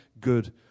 good